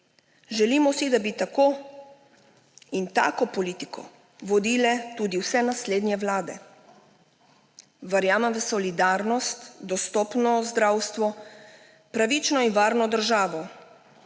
Želimo si, da bi takó in táko politiko vodile tudi vse naslednje vlade. Verjamem v solidarnost, dostopno zdravstvo, pravično in varno državo.